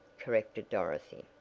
corrected dorothy.